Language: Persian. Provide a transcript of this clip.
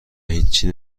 هیچی